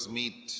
meet